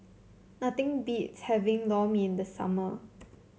nothing beats having Lor Mee in the summer